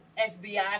FBI